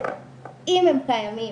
אם הם קיימים,